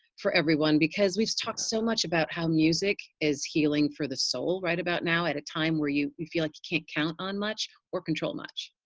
for everyone because we've talked so much about how music, is healing for the soul right about now at a time where you, feel like you can't count on much. or control much.